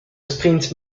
sprint